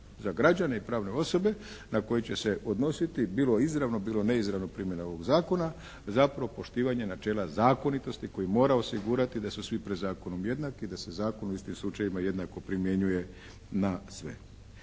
za građane i pravne osobe na koje će se odnositi bilo izravno bilo neizravno primjena ovog zakona, zapravo poštivanje načela zakonitosti koji mora osigurati da su svi pred zakonom jednaki i da se zakon u istim slučajevima jednako primjenjuje na sve.